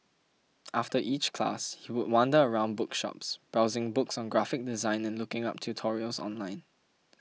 after each class he would wander around bookshops browsing books on graphic design and looking up tutorials online